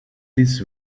this